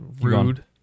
Rude